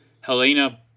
Helena